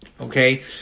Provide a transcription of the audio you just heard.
Okay